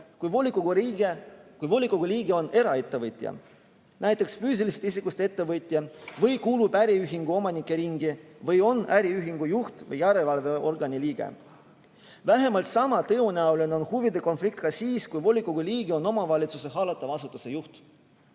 kus volikogu liige on eraettevõtja, näiteks füüsilisest isikust ettevõtja, või kuulub äriühingu omanike ringi või on äriühingu juht või järelevalveorgani liige. Vähemalt sama tõenäoline on huvide konflikt siis, kui volikogu liige on omavalitsuse hallatava asutuse juht.